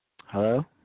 Hello